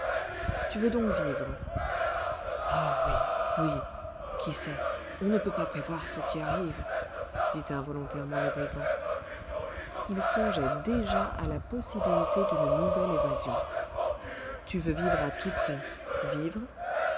tu veux donc vivre oh oui oui qui sait on ne peut pas prévoir ce qui arrive dit involontairement le brigand il songeait déjà à la possibilité d'une nouvelle évasion tu veux vivre à tout prix vivre